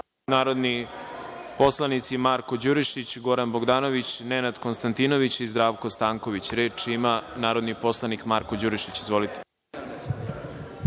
narodni poslanici Marko Đurišić, Goran Bogdanović, Nenad Konstatinović i Zdravko Stanković. Reč narodni poslanik Marko Đurišić. Izvolite.